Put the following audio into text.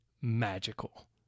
magical